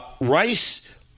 rice